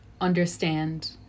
understand